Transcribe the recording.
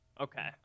Okay